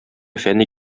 фәнни